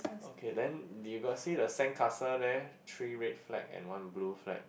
okay then did you got see the sandcastle there three red flag and one blue flag